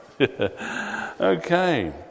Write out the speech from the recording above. Okay